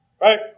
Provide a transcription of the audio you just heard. Right